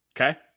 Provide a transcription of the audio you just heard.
Okay